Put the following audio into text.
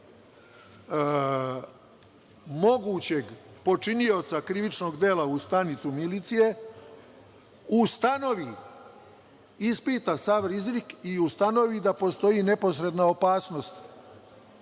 mogućeg počinioca krivičnog dela u stanicu milicije, ustanovi, ispita i ustanovi da postoji neposredna opasnost